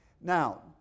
Now